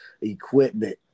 equipment